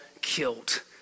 killed